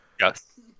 Yes